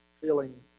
feeling